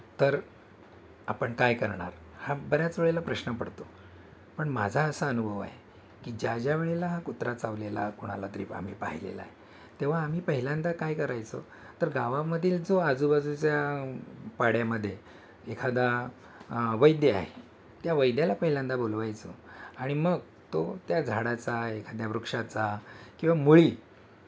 तर आपण काय करणार हा बऱ्याच वेळेला प्रश्न पडतो पण माझा असा अनुभव आहे की ज्या ज्या वेळेला हा कुत्रा चावलेला कोणाला तरी आम्ही पाहिलेला आहे तेव्हा आम्ही पहिल्यांदा काय करायचो तर गावामधील जो आजूबाजूच्या पाड्यामध्ये एखादा वैद्य आहे त्या वैद्याला पहिल्यांदा बोलवायचो आणि मग तो त्या झाडाचा एखाद्या वृक्षाचा किंवा मुळी